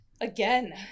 again